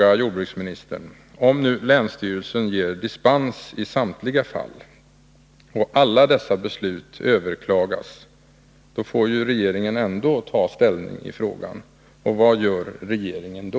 Om nu länsstyrelsen ger dispens i samtliga fall och alla dessa beslut överklagas, då får ju regeringen ändå ta ställning i frågan. Vad gör regeringen då?